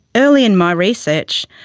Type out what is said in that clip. early in my research,